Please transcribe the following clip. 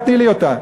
תני לי אותה.